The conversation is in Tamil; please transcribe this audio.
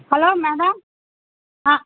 hello madam ah